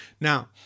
Now